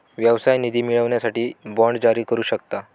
व्यवसाय निधी मिळवण्यासाठी बाँड जारी करू शकता